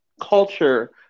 culture